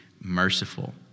merciful